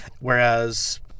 Whereas